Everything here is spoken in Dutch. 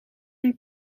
een